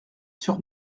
sur